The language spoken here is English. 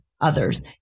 others